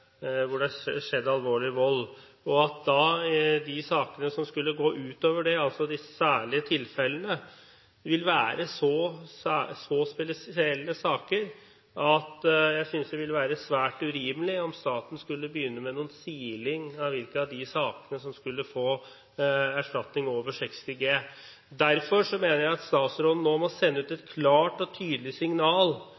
hvor det er skjedd alvorlig vold, og at de sakene som skulle gå utover det, altså de særlige tilfellene, vil være så spesielle at jeg synes det ville være svært urimelig om staten skulle begynne med noen siling av hvilke av de sakene som skulle gi erstatning over 60 G. Derfor mener jeg at statsråden nå må sende ut et